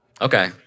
Okay